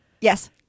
Yes